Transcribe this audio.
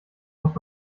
muss